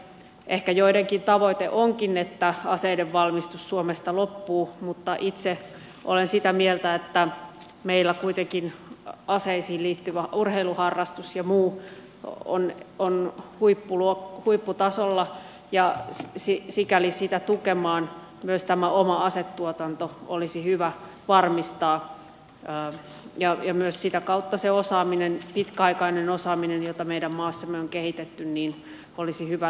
ehkä joidenkin tavoite onkin että aseiden valmistus suomesta loppuu mutta itse olen sitä mieltä että meillä kuitenkin aseisiin liittyvä urheiluharrastus ja muu on huipputasolla ja sikäli sitä tukemaan myös tämä oma asetuotanto olisi hyvä varmistaa ja myös sitä kautta se pitkäaikainen osaaminen jota meidän maassamme on kehitetty olisi hyvä säilyttää suomessa